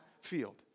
field